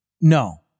No